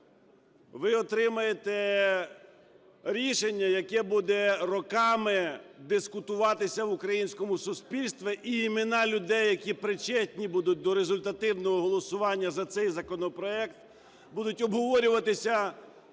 Ви отримаєте рішення, яке буде роками дискутуватися в українському суспільстві, і імена людей, які причетні будуть до результативного голосування за цей законопроект, будуть обговорюватися